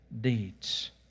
deeds